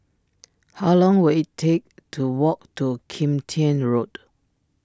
how long will it take to walk to Kim Tian Road